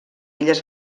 illes